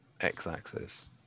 x-axis